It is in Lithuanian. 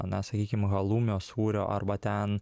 na sakykim halumio sūrio arba ten